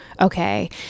okay